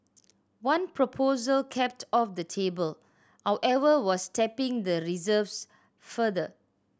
one proposal kept off the table however was tapping the reserves further